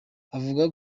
avuga